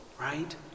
right